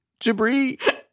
Jabri